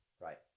Right